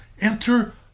enter